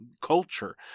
culture